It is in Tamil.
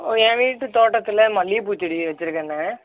என் வீட்டு தோட்டத்தில் மல்லிகைப்பூச்செடி வெச்சிருக்கண்ணா